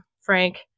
Frank